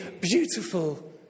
beautiful